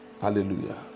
Hallelujah